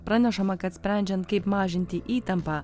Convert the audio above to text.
pranešama kad sprendžiant kaip mažinti įtampą